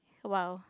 !wow!